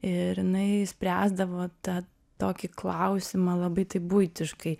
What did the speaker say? ir jinai spręsdavo tą tokį klausimą labai taip buitiškai